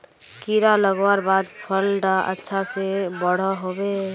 कीड़ा लगवार बाद फल डा अच्छा से बोठो होबे?